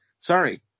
Sorry